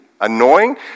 annoying